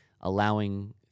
Allowing